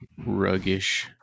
ruggish